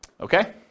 Okay